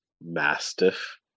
mastiff